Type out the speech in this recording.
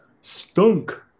stunk